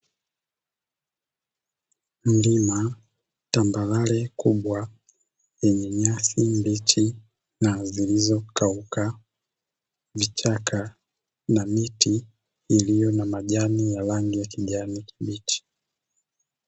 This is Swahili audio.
Mlima, tambarare kubwa yenye nyasi mbichi na zilizokauka, vichaka na miti iliyo na majani ya ya rangi ya kijani.